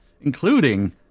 Including